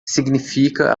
significa